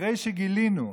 אחרי שגילינו,